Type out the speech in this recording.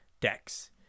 decks